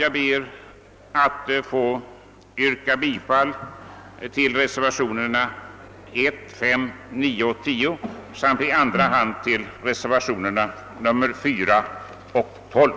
Jag ber att få yrka bifall till reservationerna 1, 5, 9 och 10 samt i andra hand till reservationerna 4 och 12.